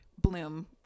bloom